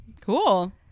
Cool